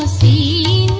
the